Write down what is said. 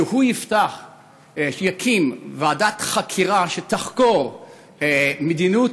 שיקים ועדת חקירה שתחקור מדיניות